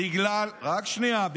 בגלל, רק שנייה.